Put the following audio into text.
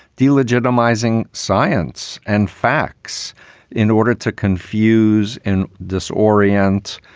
de-legitimizing science and facts in order to confuse and disorient,